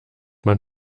man